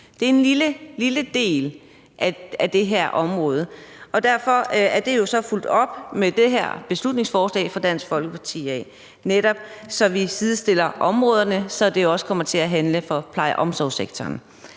Det er en meget lille del af det her område, og derfor er det så fulgt op af det her beslutningsforslag fra Dansk Folkeparti, så vi netop sidestiller områderne, så det også kommer til at gælde for pleje- og omsorgssektoren.